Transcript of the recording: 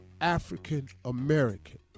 African-American